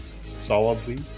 solidly